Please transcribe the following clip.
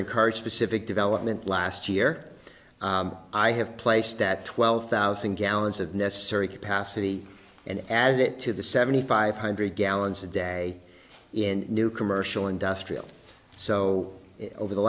encouraged pacific development last year i have placed that twelve thousand gallons of necessary capacity and add it to the seventy five hundred gallons a day in new commercial industrial so over the